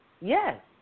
Yes